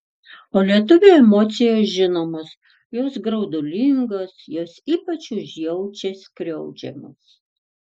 o lietuvio emocijos žinomos jos graudulingos jos ypač užjaučia skriaudžiamus